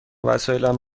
وسایلم